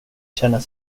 känner